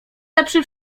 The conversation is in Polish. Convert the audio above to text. lepszy